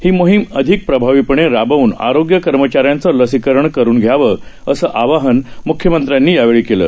हीमोहीमअधिकप्रभावीपणेराबव्नआरोग्यकर्मचाऱ्यांचंलसीकरणकरुनघ्यावं असंआवाहनमुख्यमंत्र्यांनीयावेळीकेलं